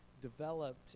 developed